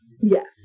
yes